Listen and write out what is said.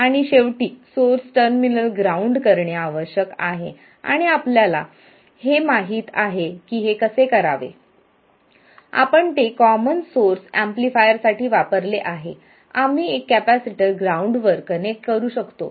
आणि शेवटी source terminal ground करणे आवश्यक आहे आणि आपल्याला हे माहित आहे की हे कसे करावे आपण ते कॉमन सोर्स एम्पलीफायरसाठी वापरले आहे आम्ही एक कॅपेसिटर ग्राउंडवर कनेक्ट करू शकतो